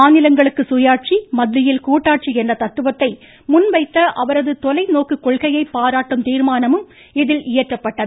மாநிலங்களுக்கு சுயாட்சி மத்தியில் கூட்டாட்சி என்ற தத்துவத்தை முன்வைத்த அவரது தொலைநோக்கு கொள்கையை பாராட்டும் தீர்மானமும் இதில் இயற்றப்பட்டது